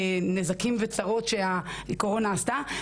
נזקים וצרות שהקורונה עשתה.